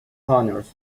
honors